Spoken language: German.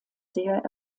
sehr